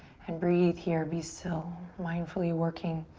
and breathe here. be still. mindfully working